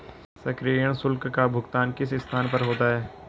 सक्रियण शुल्क का भुगतान किस स्थान पर होता है?